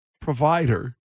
provider